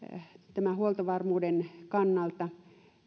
tämän huoltovarmuuden kannalta